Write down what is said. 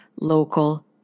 local